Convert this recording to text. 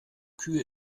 kühe